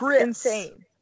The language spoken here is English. insane